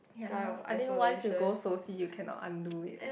ya I think once you go Soci you cannot undo it ah